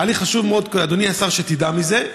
היה לי חשוב מאוד, אדוני השר, שתדע מזה,